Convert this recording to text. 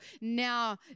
now